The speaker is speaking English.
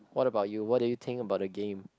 what about you what do you think about the game